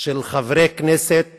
של חברי כנסת